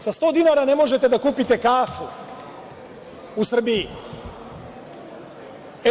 Sa 100 dinara ne možete da kupite kafu u Srbiji.